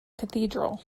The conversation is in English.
cathedral